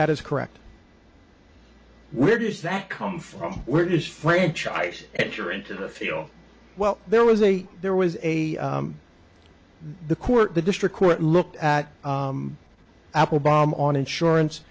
that is correct where does that come from were disfranchised edger into the field well there was a there was a the court the district court looked at apple bomb on insurance